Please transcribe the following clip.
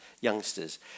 youngsters